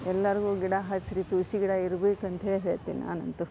ಎಲ್ಲರಿಗೂ ಗಿಡ ಹಚ್ಚಿರಿ ತುಳಸಿ ಗಿಡ ಇರ್ಬೇಕಂತ್ಹೇಳಿ ಹೇಳ್ತೀನಿ ನಾನಂತೂ